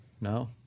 No